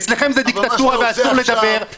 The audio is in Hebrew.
אצלכם זה דיקטטורה ואסור לדבר -- אבל מה שאתה עושה עכשיו